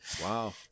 Wow